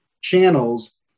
channels